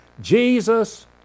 Jesus